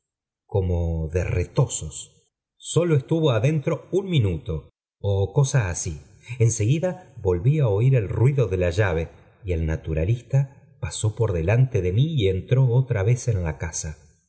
como de retozos sólo estuvo adentro un minuto ó cosa asi en seguida volví á oir el ruido de la llave y el naturalista pasó por delante de mí y entró otra vez en la casa